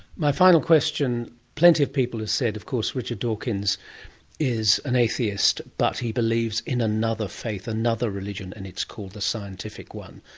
my final question plenty of people have said of course richard dawkins is an atheist but he believes in another faith, another religion and it's called the scientific one.